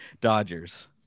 Dodgers